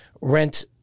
rent